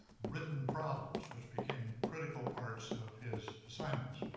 written problems, which became critical parts of his assignments,